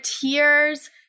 tears